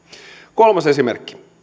kolmas esimerkki